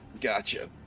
Gotcha